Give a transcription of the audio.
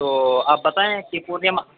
تو آپ بتائیں کہ پورنیہ میں